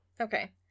Okay